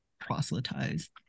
proselytize